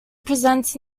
presented